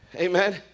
Amen